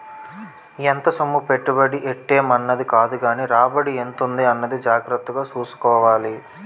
ఎంత సొమ్ము పెట్టుబడి ఎట్టేం అన్నది కాదుగానీ రాబడి ఎంతుంది అన్నది జాగ్రత్తగా సూసుకోవాలి